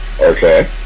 Okay